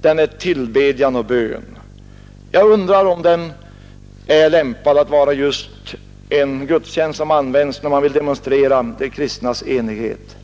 den är tillbedjan och bön. Jag undrar om den är lämpad att vara just en gudstjänst som används när man vill demonstrera de kristnas enighet.